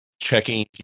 checking